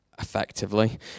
effectively